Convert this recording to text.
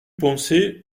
poncé